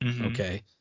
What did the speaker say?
Okay